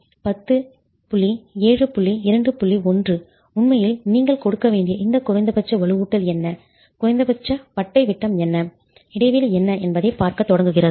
1 உண்மையில் நீங்கள் கொடுக்க வேண்டிய இந்த குறைந்தபட்ச வலுவூட்டல் என்ன குறைந்தபட்ச பட்டை விட்டம் என்ன இடைவெளி என்ன என்பதைப் பார்க்கத் தொடங்குகிறது